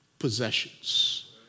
possessions